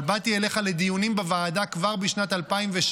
אבל באתי אליך לדיונים בוועדה כבר בשנת 2016